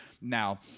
Now